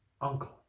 uncle